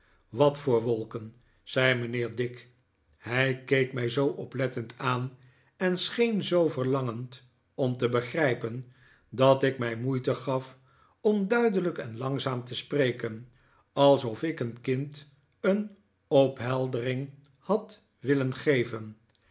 wat voor wolken zei mijnheer dick hij keek mij zoo oplettend aan en scheen zoo verlangend om te begrijpen dat ik mij moeite gaf om duidelijk en langzaam te spreken alsof ik een kind een opheldering had willen geven